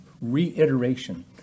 reiteration